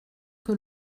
que